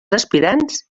aspirants